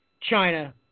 China